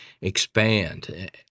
expand